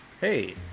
Hey